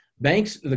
banks